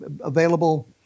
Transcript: available